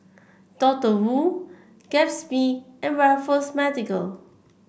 Doctor Wu Gatsby and Raffles Medical